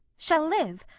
shall live!